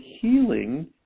healing